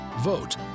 Vote